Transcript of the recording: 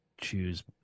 choose